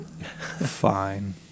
Fine